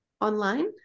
online